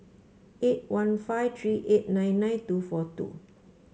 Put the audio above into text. eight one five three eight nine nine two four two